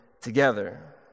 together